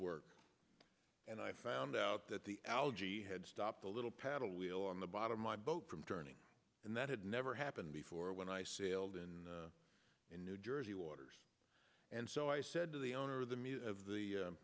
work and i found out that the algae had stopped a little paddle wheel on the bottom my boat from turning and that had never happened before when i sailed in new jersey waters and so i said to the owner of the meat of the